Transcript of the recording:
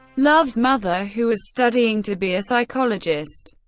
love's mother, who was studying to be a psychologist,